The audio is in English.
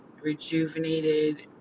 rejuvenated